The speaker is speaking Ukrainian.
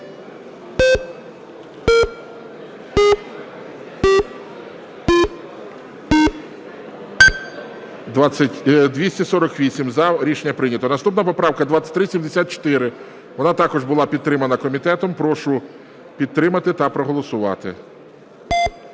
За-248 Рішення прийнято. Наступна поправка 2374. Вона також була підтримана комітетом. Прошу підтримати та проголосувати.